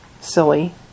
silly